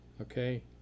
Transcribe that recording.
Okay